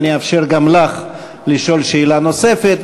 ואני אאפשר גם לך לשאול שאלה נוספת.